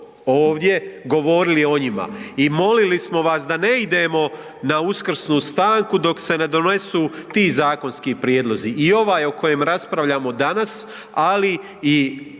ovdje govorili o njima i molili smo vas da ne idemo na uskrsnu stanku dok se ne donesu ti zakonski prijedlozi, i ovaj o kojem raspravljamo danas, ali i